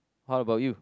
what about you